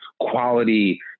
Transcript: quality